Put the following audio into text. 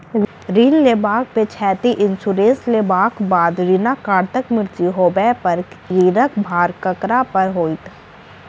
ऋण लेबाक पिछैती इन्सुरेंस लेबाक बाद ऋणकर्ताक मृत्यु होबय पर ऋणक भार ककरा पर होइत?